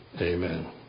Amen